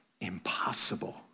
Impossible